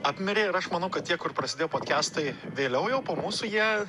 apmirė ir aš manau kad tie kur prasidėjo podkestai vėliau jau po mūsų jie